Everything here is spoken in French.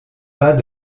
pas